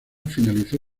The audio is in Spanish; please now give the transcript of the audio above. finalizó